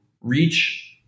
reach